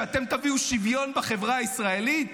שאתם תביאו שוויון בחברה הישראלית?